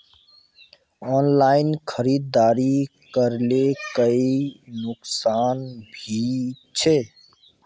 Online खरीदारी करले कोई नुकसान भी छे?